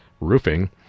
roofing